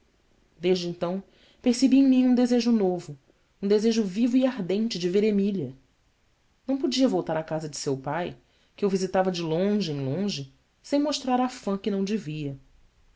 desde então percebi em mim um desejo novo um desejo vivo e ardente de ver emília não podia voltar à casa de seu pai que eu visitava de longe em longe sem mostrar afã que não devia